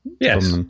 Yes